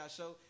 show